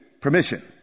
permission